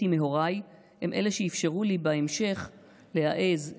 מהוריי הן אלה שאפשרו לי בהמשך להעז,